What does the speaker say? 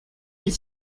huit